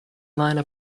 liner